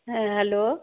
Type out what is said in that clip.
হ্যাঁ হ্যালো